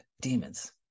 demons